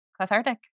cathartic